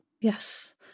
Yes